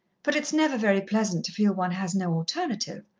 but it's never very pleasant to feel one has no alternative,